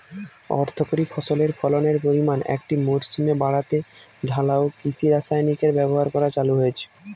অর্থকরী ফসলের ফলনের পরিমান একটি মরসুমে বাড়াতে ঢালাও কৃষি রাসায়নিকের ব্যবহার করা চালু হয়েছে